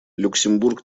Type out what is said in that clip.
люксембург